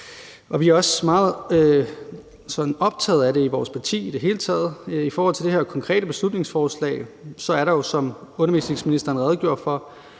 hele taget meget optaget af det i vores parti. I forhold til det her konkrete beslutningsforslag er der jo, som undervisningsministeren redegjorde for,